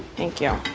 thank you.